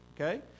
Okay